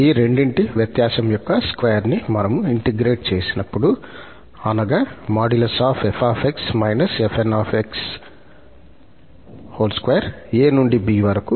ఈ రెండింటి వ్యత్యాసం యొక్క స్క్వేర్ న్ని మనము ఇంటెగ్రేట్ చేసినప్పుడు అనగా | 𝑓𝑥 − 𝑓𝑛𝑥| 2 𝑎 నుండి 𝑏 వరకు